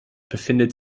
befindet